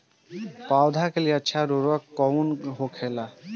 पौधा के लिए अच्छा उर्वरक कउन होखेला?